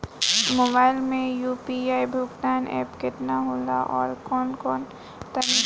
Mobile म UPI भुगतान app केतना होला आउरकौन कौन तनि बतावा?